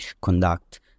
conduct